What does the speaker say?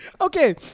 Okay